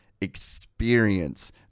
experience